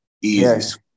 Yes